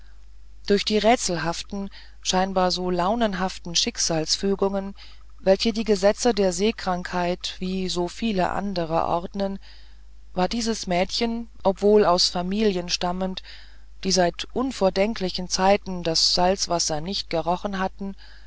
durch die rätselhaften scheinbar so launenhaften schicksalsfügungen welche die gesetze der seekrankheit wie so viele andere ordnen war dieses mädchen obwohl aus familien stammend die seit unvordenklichen zeiten das salzwasser nicht gerochen hatten